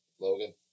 Logan